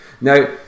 now